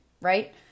right